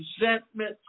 resentment